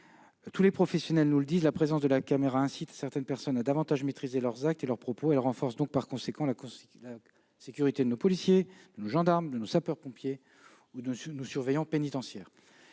Tous les professionnels nous le disent, la présence de la caméra incite certaines personnes à davantage maîtriser leurs actes et leurs propos ; elle renforce donc la sécurité de nos policiers, de nos gendarmes, de nos sapeurs-pompiers et de nos surveillants pénitentiaires.